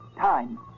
time